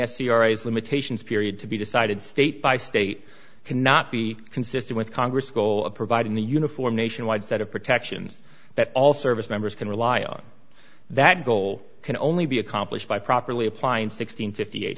as limitations period to be decided state by state cannot be consistent with congress goal of providing the uniform nationwide set of protections that all service members can rely on that goal can only be accomplished by properly applying six hundred fifty eight